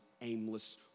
aimless